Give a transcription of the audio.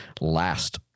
last